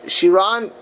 Shiran